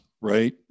right